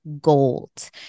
gold